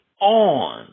on